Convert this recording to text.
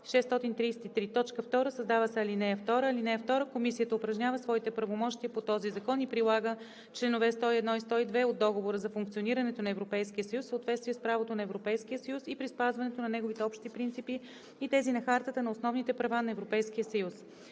2. Създава се ал. 2: „(2) Комисията упражнява своите правомощия по този закон и прилага чл. 101 и 102 от Договора за функционирането на Европейския съюз в съответствие с правото на Европейския съюз и при спазването на неговите общи принципи и тези на Хартата на основните права на Европейския съюз.“